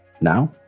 Now